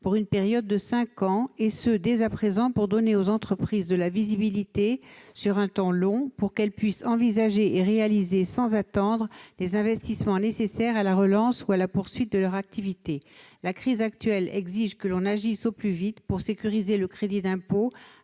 pour une période de cinq ans, et ce pour donner aux entreprises, dès à présent, de la visibilité sur un temps long afin qu'elles puissent envisager et réaliser sans attendre les investissements nécessaires à la relance ou à la poursuite de leur activité. La crise actuelle exige que l'on agisse au plus vite pour sécuriser le crédit d'impôt,